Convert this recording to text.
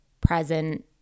present